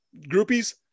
groupies